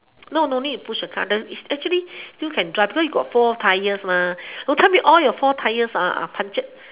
no no need to push the car it's actually still can drive cause you got four tyres don't tell me all your four tyres are punctured